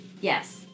Yes